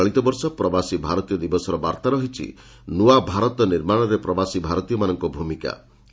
ଚଳିତବର୍ଷ ପ୍ରବାସୀ ଭାରତୀୟ ଦିବସର ବାର୍ତ୍ତା ରହିଛି 'ନୂଆ ଭାରତ ନିର୍ମାଣରେ ପ୍ରବାସୀ ଭାରତୀୟମାନଙ୍କ ଭୂମିକା'